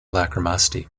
lachrymosity